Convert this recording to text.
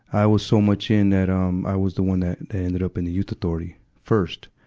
i was so much in that, um, i was the one that ended up in the youth authority first.